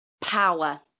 power